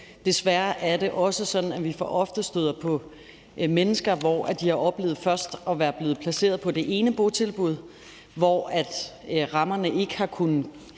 Desværre er det også sådan, at vi for ofte støder på mennesker, som har oplevet først at være blevet placeret på det ene botilbud, hvor rammerne ikke har været